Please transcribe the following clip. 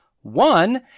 one